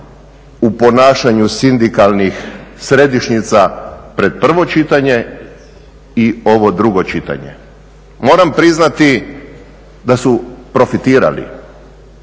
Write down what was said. u ponašanju sindikalnih središnjica pred prvo čitanje i ovo drugo čitanje. Moram priznati da su profitirali,